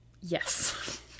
Yes